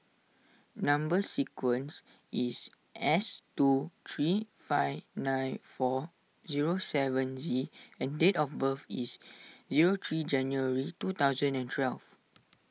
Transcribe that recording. Number Sequence is S two three five nine four zero seven Z and date of birth is zero three January two thousand and twelve